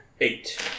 Eight